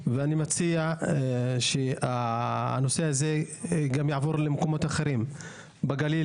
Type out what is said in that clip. ואני מציע שהנושא הזה גם יעבור למקומות אחרים בגליל.